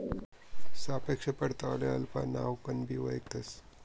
सापेक्ष परतावाले अल्फा नावकनबी वयखतंस